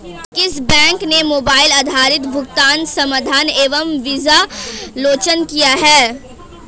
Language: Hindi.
किस बैंक ने मोबाइल आधारित भुगतान समाधान एम वीज़ा लॉन्च किया है?